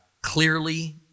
clearly